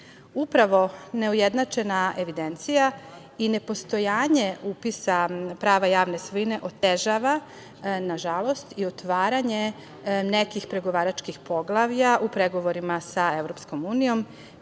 neujednačena evidencija i nepostojanje upisa prava javne svojine otežava nažalost i otvaranje nekih pregovaračkih poglavlja u pregovorima sa EU,